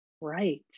right